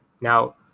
Now